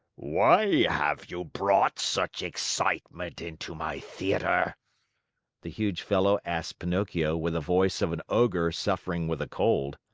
why have you brought such excitement into my theater the huge fellow asked pinocchio with the voice of an ogre suffering with a cold.